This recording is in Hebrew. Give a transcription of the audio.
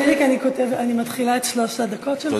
חיליק, אני מתחילה את שלוש הדקות שלך.